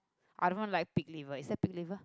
I don't wanna buy pig liver is that pig liver